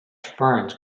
ferns